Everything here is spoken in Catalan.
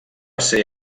ser